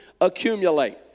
accumulate